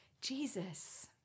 Jesus